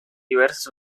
diversas